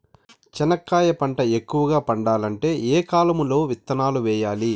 చెనక్కాయ పంట ఎక్కువగా పండాలంటే ఏ కాలము లో విత్తనాలు వేయాలి?